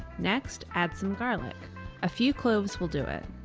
next, add some garlic a few cloves will do it.